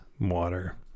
water